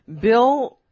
Bill